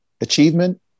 achievement